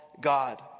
God